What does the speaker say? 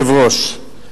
אדוני היושב-ראש,